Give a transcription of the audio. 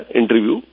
interview